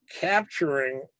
capturing